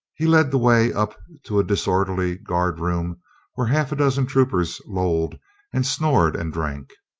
he led the way up to a disorderly guard-room where half a dozen troopers lolled and snored and drank.